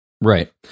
Right